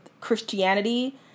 Christianity